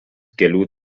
kelių